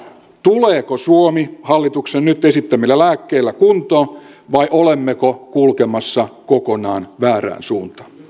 tuleeko suomi hallituksen nyt esittämillä lääkkeillä kuntoon vai olemmeko kulkemassa kokonaan väärään suuntaan